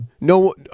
No